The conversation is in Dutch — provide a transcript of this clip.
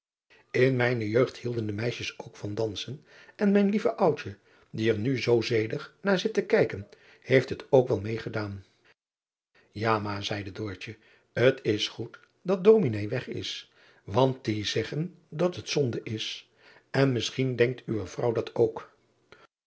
n mijne jeugd hielden de meisjes ook van dansen en mijn lieve oudje die er nu zoo zedig na zit te kijken heeft het ook wel meê gedaan a maar zeide t is goed dat ominé weg is want die zeggen dat het zonde is en misschien denkt uwe vrouw driaan oosjes